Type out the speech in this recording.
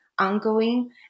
ongoing